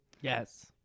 Yes